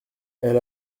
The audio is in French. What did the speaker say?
elle